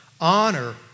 Honor